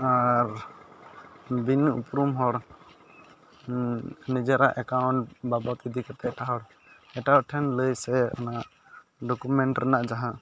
ᱟᱨ ᱵᱤᱱ ᱩᱯᱨᱩᱢ ᱦᱚᱲ ᱱᱤᱡᱮᱨᱟᱜ ᱮᱠᱟᱣᱩᱴ ᱵᱟᱵᱚᱛ ᱤᱫᱤᱠᱟᱛᱮ ᱮᱴᱟᱜ ᱦᱚᱲ ᱮᱴᱟᱜ ᱴᱷᱮᱱ ᱞᱟᱹᱭ ᱥᱮ ᱚᱱᱟ ᱰᱳᱠᱳᱢᱮᱱᱴ ᱨᱮᱱᱟᱜ ᱡᱟᱦᱟᱸ